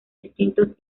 distintos